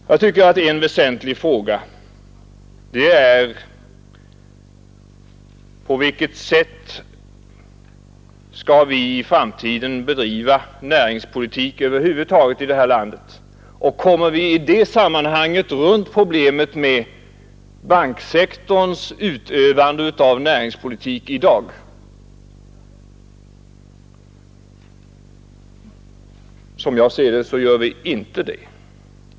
Jag tycker att en väsentlig fråga är på vilket sätt vi i framtiden skall bedriva näringspolitik över huvud taget här i landet och om vi i detta sammanhang kan komma runt problemen med banksektorns bedrivande av ”en egen näringspolitik”. Som jag ser det, gör vi det inte.